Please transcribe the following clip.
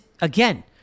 again